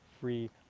free